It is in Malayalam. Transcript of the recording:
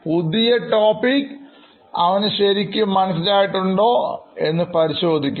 പുതിയ ടോപ്പിക്ക് അവന് ശരിക്കും മനസ്സിൽ ആയിട്ടുണ്ടോ എന്ന് പരിശോധിക്കണം